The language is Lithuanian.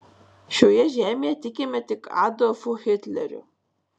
šioje žemėje tikime tik adolfu hitleriu